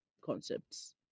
concepts